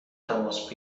تماس